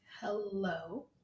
Hello